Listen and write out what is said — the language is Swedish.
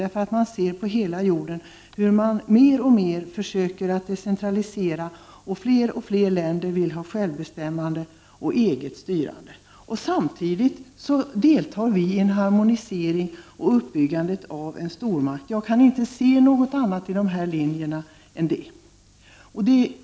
Vi ser hur man över hela världen försöker decentralisera och hur fler och fler länder vill ha självbestämmande och eget styrande. Samtidigt deltar vi i en harmonisering och uppbyggandet av en stormakt. Jag kan inte se någonting annat i de linjer som framträder.